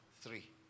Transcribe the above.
three